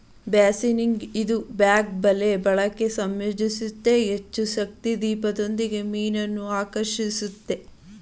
ಬಾಸ್ನಿಗ್ ಇದು ಬ್ಯಾಗ್ ಬಲೆ ಬಳಕೆ ಸಂಯೋಜಿಸುತ್ತೆ ಹೆಚ್ಚುಶಕ್ತಿ ದೀಪದೊಂದಿಗೆ ಮೀನನ್ನು ಆಕರ್ಷಿಸುತ್ತೆ